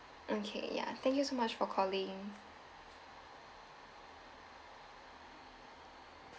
okay yeah thank you so much for calling